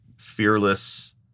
fearless